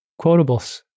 quotables